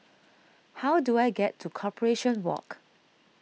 how do I get to Corporation Walk